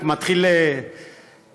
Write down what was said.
אני מתחיל לפחד,